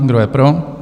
Kdo je pro?